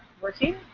working?